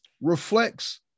reflects